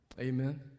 amen